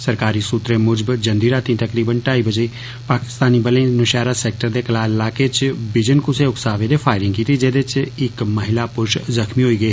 सरकारी सूत्रें मुजब जंदी रातीं तकरीबन टाई बजे पाकिस्तानी बलें नौषह्रा सैक्टर दे इंसंस ईलाके च बिजन कुसै उकसावे दे फाईरिंग कीती जेदे च इक महिला पुरूश जुख्मी होई गे